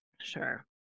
Sure